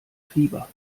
fieber